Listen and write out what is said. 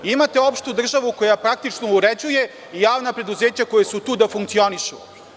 Imate opštu državu koja praktično uređuje i javna preduzeća koja su tu da funkcionišu.